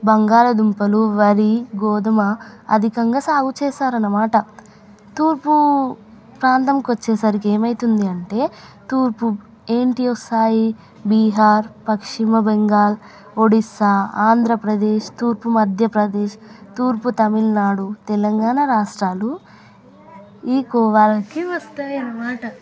బంగాళదుంపలు వరి గోధుమ అధికంగా సాగు చేస్తారన్నమాట తూర్పు ప్రాంతం వచ్చేసరికి ఏమౌతుంది అంటే తూర్పు ఏమి వస్తాయి బీహార్ పశ్చిమ బెంగాల్ ఒడిస్సా ఆంధ్రప్రదేశ్ తూర్పు మధ్యప్రదేశ్ తూర్పు తమిళనాడు తెలంగాణ రాష్ట్రాలు ఈ కోవకి వస్తాయి అన్నమాట